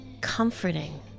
comforting